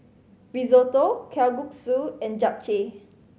Risotto Kalguksu and Japchae